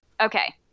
Okay